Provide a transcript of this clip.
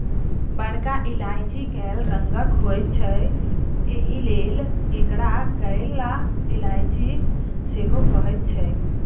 बरका इलायची कैल रंगक होइत छै एहिलेल एकरा कैला इलायची सेहो कहैत छैक